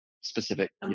specific